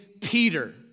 Peter